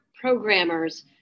programmers